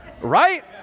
right